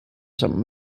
some